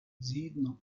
згідно